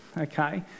okay